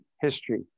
history